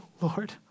Lord